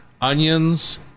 onions